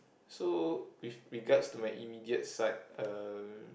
so with regards to my immediate side uh